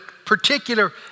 Particular